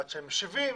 עד שהם משיבים,